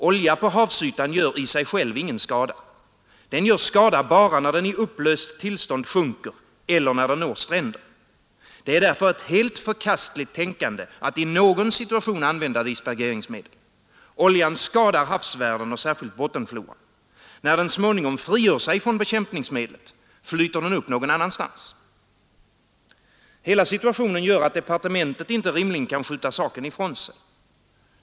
Olja på havsytan gör i sig själv ingen skada. Den gör skada bara när den i upplöst tillstånd sjunker eller när den når stränder. Det är därför ett helt förkastligt tänkande att i någon situation använda dispergeringsmedel. Oljan skadar havsvärlden och särskilt bottenfloran. När den så småningom frigör sig från bekämpningsmedlet, flyter den upp någon annanstans. Hela situationen gör att departementet inte rimligen kan skjuta saken ifrån sig.